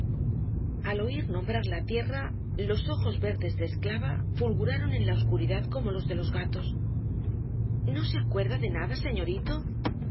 al oir nombrar la tierra los ojos verdes de esclava fulguraron en la obscuridad como los de los gatos no se acuerda nada señorito